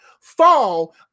fall